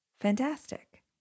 fantastic